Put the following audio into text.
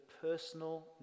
personal